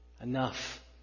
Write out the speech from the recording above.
Enough